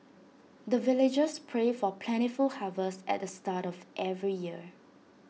the villagers pray for plentiful harvest at the start of every year